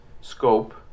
scope